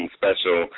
special